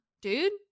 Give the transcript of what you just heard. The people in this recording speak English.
dude